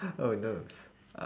oh no s~ uh